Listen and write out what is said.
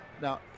Now